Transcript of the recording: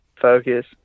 focus